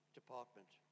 department